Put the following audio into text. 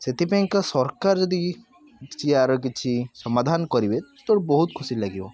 ସେଥି ପାଇଁକା ସରକାର ଯଦି କିଛି ଏହାର କିଛି ସମାଧାନ କରିବେ ତ ବହୁତ ଖୁସି ଲାଗିବ